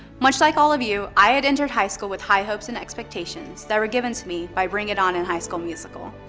much like all of you, i had entered high school with high hopes and expectations that were given to me by bringing it on in high school musical.